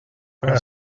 fra